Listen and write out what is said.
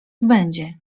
będzie